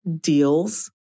deals